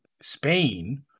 Spain